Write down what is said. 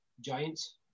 Giants